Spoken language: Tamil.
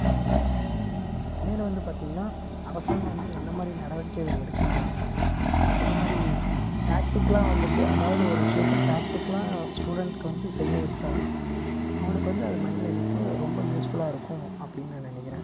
மேலும் வந்து பார்த்திங்கனா அரசாங்கம் வந்து என்ன மாதிரி நடவடிக்கைகள் எடுக்கலானால் நான் சொன்ன மாதிரி ப்ராக்டிகலாக வந்துட்டு அதாவது ஒரு விஷயத்தை ப்ராக்டிக்கலாக ஸ்டூடெண்ட்டுக்கு வந்து செய்ய வச்சா அவனுக்கு வந்து அது மைண்டில் நிற்கும் ரொம்ப யூஸ்ஃபுல்லாக இருக்கும் அப்படினு நான் நினைக்கிறேன்